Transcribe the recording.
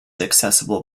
accessible